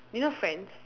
you know friends